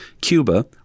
Cuba